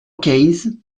quinze